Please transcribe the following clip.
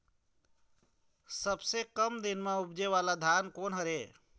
सबसे कम दिन म उपजे वाला धान कोन हर ये?